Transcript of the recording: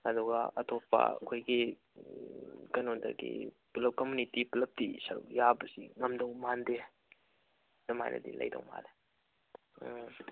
ꯑꯗꯨꯒ ꯑꯇꯣꯞꯄ ꯑꯩꯈꯣꯏꯒꯤ ꯀꯩꯅꯣꯗꯒꯤ ꯄꯨꯂꯞ ꯀꯝꯃꯨꯅꯤꯇꯤ ꯄꯨꯂꯞꯇꯤ ꯁꯔꯨꯛ ꯌꯥꯕꯁꯤ ꯉꯝꯗꯣꯏ ꯃꯥꯟꯗꯦ ꯑꯗꯨꯃꯥꯏꯅꯗꯤ ꯂꯩꯗꯧ ꯃꯥꯜꯂꯦ ꯎꯝ